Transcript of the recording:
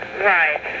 right